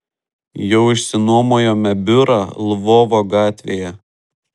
jau išsinuomojome biurą lvovo gatvėje